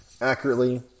accurately